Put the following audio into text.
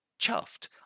Chuffed